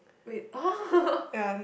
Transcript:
wait !huh!